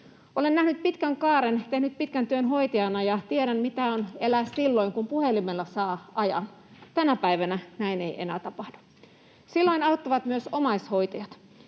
Olen nähnyt pitkän kaaren, tehnyt pitkän työn hoitajana, ja tiedän, mitä on elää silloin, kun puhelimella saa ajan. Tänä päivänä näin ei enää tapahdu. Silloin auttavat myös omaishoitajat.